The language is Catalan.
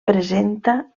presenta